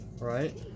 right